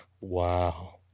Wow